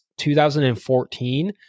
2014